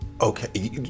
Okay